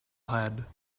had